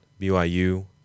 BYU